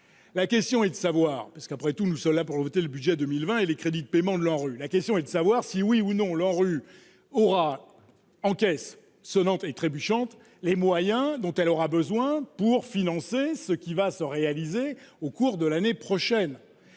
la question est de savoir si oui ou non l'ANRU aura encaisse sonnante et trébuchante, les moyens dont elle aura besoin pour financer ce qui va se réaliser au cours de l'année prochaine,